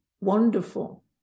wonderful